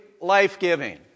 life-giving